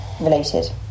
related